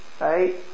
right